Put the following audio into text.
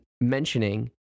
mentioning